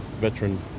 veteran